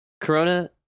Corona